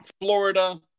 Florida